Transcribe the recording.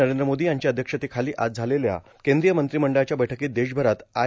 नरेंद्र मोदी यांच्या अध्यक्षतेखाली आज झालेल्या केंद्रीय मंत्रिमंडळाच्या बैठकीत देशभरात आय